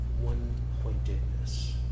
one-pointedness